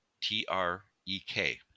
T-R-E-K